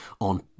on